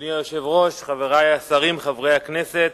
אדוני היושב-ראש, חברי השרים, חברי הכנסת,